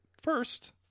first